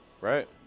Right